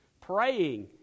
praying